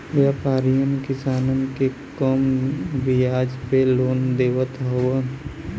व्यापरीयन किसानन के कम बियाज पे लोन देवत हउवन